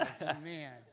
man